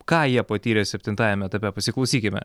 ką jie patyrė septintajame etape pasiklausykime